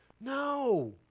No